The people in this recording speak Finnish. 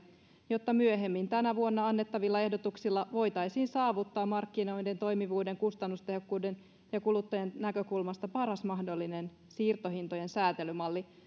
jotta myöhemmin tänä vuonna annettavilla ehdotuksilla voitaisiin saavuttaa markkinoiden toimivuuden kustannustehokkuuden ja kuluttajan näkökulmasta paras mahdollinen siirtohintojen säätelymalli